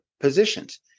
positions